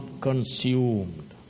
consumed